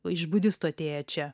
o iš budistų atėję čia